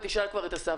אסף וסרצוג,